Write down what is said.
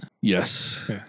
Yes